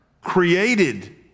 created